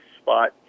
spot